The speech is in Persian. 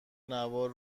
نوار